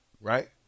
Right